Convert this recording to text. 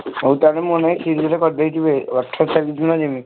ହଉ ତାହେଲେ ମୋ ନାଁରେ ସିଟ୍ ଗୋଟେ କରିଦେଇଥିବେ ଅଠର ତାରିକ ଦିନ ଯିବି